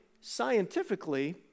scientifically